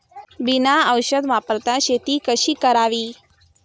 बिना औषध वापरता शेती कशी करावी?